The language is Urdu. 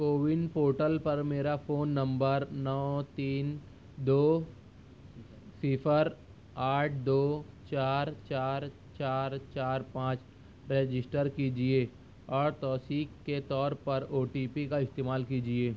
کوون پورٹل پر میرا فون نمبر نو تین دو صفر آٹھ دو چار چار چار چار پانچ رجسٹر کیجیے اور توثیق کے طور پر او ٹی پی کا استعمال کیجیے